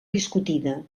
discutida